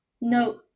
No